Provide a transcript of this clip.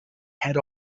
head